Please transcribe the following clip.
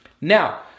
Now